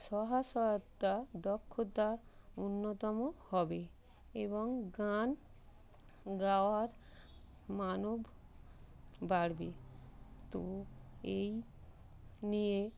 দক্ষতা উন্নততম হবে এবং গান গাওয়ার মানও বাড়বে তো এই নিয়ে